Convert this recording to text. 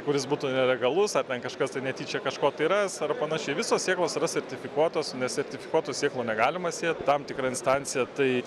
kuris būtų nelegalus ar ten kažkas tai netyčia kažko tai ras ar panašiai visos sėklos yra sertifikuotos nesertifikuotų sėklų negalima sėt tam tikra instancija tai